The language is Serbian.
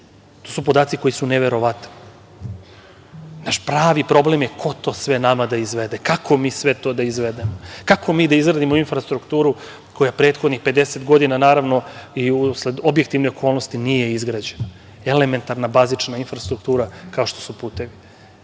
To su podaci koji su neverovatni. Naš pravi problem je ko to sve nama da izvede. Kako mi sve to da izvedemo? Kako mi da izradimo infrastrukturu koja prethodnih 50 godina, naravno usled objektivne okolnosti, nije izgrađena elementarna bazična infrastruktura kao što su putevi?